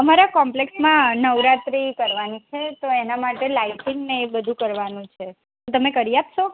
અમારા કોમ્પ્લેક્ષમાં નવરાત્રી કરવાની છે તો એના માટે લાઇટિંગને એ બધું કરવાનું છે તમે કરી આપશો